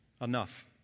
enough